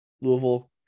Louisville